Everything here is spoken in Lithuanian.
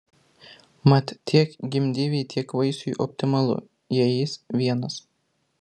mat tiek gimdyvei tiek vaisiui optimalu jei jis vienas